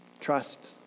Trust